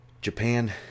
Japan